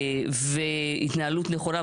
והתנהלות נכונה,